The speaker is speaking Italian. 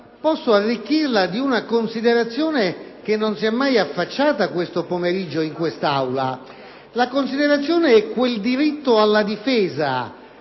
posso arricchire di una ulteriore considerazione che non si è mai affacciata questo pomeriggio in quest'Aula. La considerazione è su quel diritto alla difesa